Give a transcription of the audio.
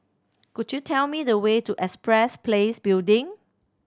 could you tell me the way to Empress Place Building